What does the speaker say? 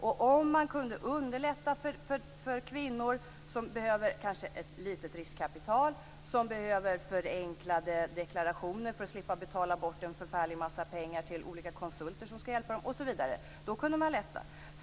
Man skulle behöva underlätta för kvinnor som kanske behöver ett litet riskkapital, som behöver förenklade deklarationer för att slippa betala en förfärlig massa pengar till olika konsulter som skall hjälpa dem.